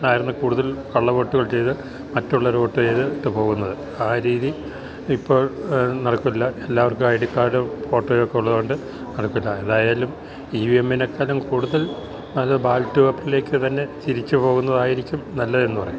അന്നായിര്ന്നു കൂട്തൽ കള്ള വോട്ട്കൾ ചെയ്ത് മറ്റുള്ളവരോട്ട് ചെയ്ത് ഇട്ട് പോക്ന്നത് ആ രീതി ഇപ്പോൾ നടക്കൂല്ല എല്ലാവർക്കും ഐ ഡി ക്കാഡും ഫോട്ടോയുവൊക്കെ ഉള്ളത് കൊണ്ട് നടക്കൂല്ല എല്ലായാലും ഈവീഎംനേക്കാലും കൂട്തൽ അത് ബാലറ്റ് പേപ്പർലേക്ക് തന്നെ തിരിച്ച് പോക്ന്നതായിരിക്കും നല്ലതെന്ന് പറയാം